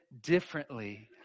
differently